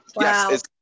Yes